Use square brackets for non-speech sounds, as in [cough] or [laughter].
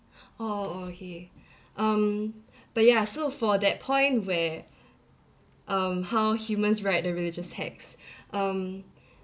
oh okay [breath] um but ya so for that point where um how humans write the religious texts [breath] um